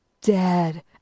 Dead